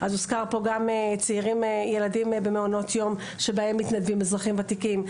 הוזכרו פה גם ילדים במעונות יום שבהם מתנדבים אזרחים ותיקים,